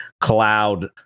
cloud